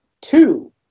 two